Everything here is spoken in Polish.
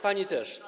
Pani też.